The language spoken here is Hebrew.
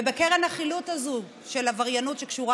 ובקרן החילוט הזאת של עבריינות שקשורה